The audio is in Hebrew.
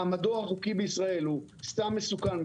מעמדו החוקי בישראל הוא סם מסוכן,